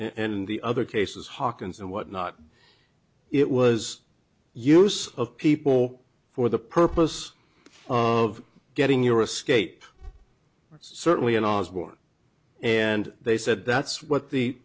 in the other cases hawkins and what not it was use of people for the purpose of getting your escape certainly and i was born and they said that's what the